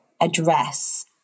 address